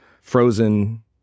frozen